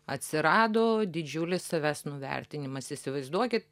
atsirado didžiulis savęs nuvertinimas įsivaizduokit